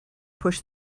push